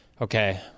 okay